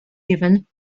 given